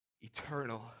eternal